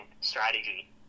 strategy